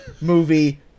movie